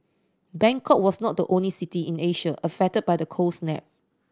Bangkok was not the only city in Asia affected by the cold snap